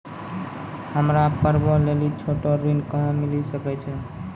हमरा पर्वो लेली छोटो ऋण कहां मिली सकै छै?